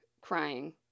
crying